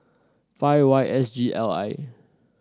five Y S G L I